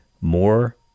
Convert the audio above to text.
More